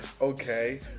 Okay